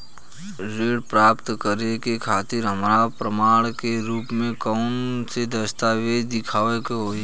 ऋण प्राप्त करे के खातिर हमरा प्रमाण के रूप में कउन से दस्तावेज़ दिखावे के होइ?